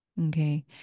Okay